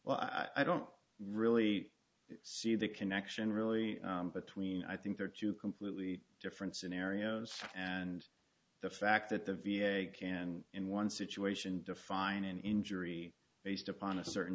well i don't really see the connection really between i think there are two completely different scenarios and the fact that the v a can in one situation define an injury based upon a certain